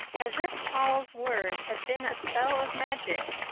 as if paul's words had been a spell of magic,